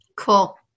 Cool